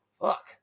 Fuck